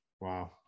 Wow